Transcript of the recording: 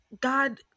god